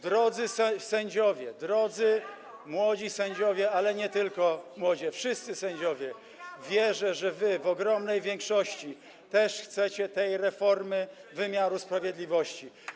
Drodzy młodzi sędziowie, ale nie tylko młodzi, wszyscy sędziowie, wierzę, że wy w ogromnej większości też chcecie tej reformy wymiaru sprawiedliwości.